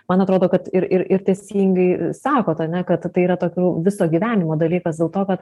man atrodo kad ir ir teisingai sakot ane kad tai yra tokių viso gyvenimo dalykas dėl to kad